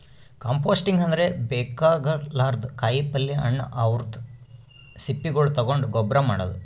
composting ಅಂದ್ರ ಬೇಕಾಗಲಾರ್ದ್ ಕಾಯಿಪಲ್ಯ ಹಣ್ಣ್ ಅವದ್ರ್ ಸಿಪ್ಪಿಗೊಳ್ ತಗೊಂಡ್ ಗೊಬ್ಬರ್ ಮಾಡದ್